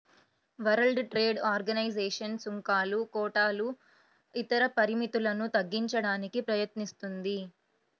world trade organization సుంకాలు, కోటాలు ఇతర పరిమితులను తగ్గించడానికి ప్రయత్నిస్తుంది